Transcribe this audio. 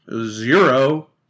Zero